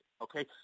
okay